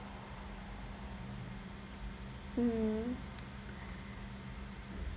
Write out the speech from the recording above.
mm